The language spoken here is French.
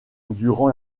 durant